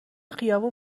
خیابون